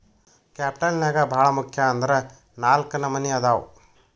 capital ನ್ಯಾಗ್ ಭಾಳ್ ಮುಖ್ಯ ಅಂದ್ರ ನಾಲ್ಕ್ ನಮ್ನಿ ಅದಾವ್